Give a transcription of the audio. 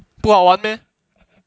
不好玩 meh